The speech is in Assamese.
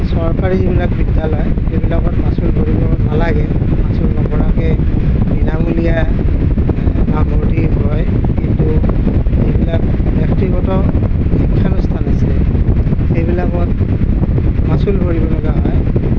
চৰকাৰী যিবিলাক বিদ্যালয় সেইবিলাকত মাচুল ভৰিব নালাগে মাচুল নভৰাকৈ বিনামূলীয়া নামভৰ্তি হয় কিন্তু যিবিলাক ব্যক্তিগত যিবিলাক অনুষ্ঠান আছে সেইবিলাকত মাচুল ভৰিব লগা হয়